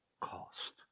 cost